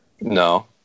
No